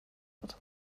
wird